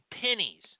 pennies